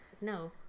No